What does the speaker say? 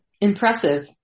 Impressive